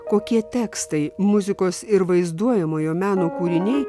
kokie tekstai muzikos ir vaizduojamojo meno kūriniai